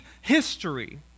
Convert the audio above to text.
history